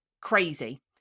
crazy